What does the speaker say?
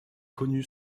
connue